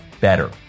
better